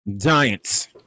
Giants